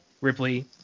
Ripley